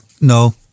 No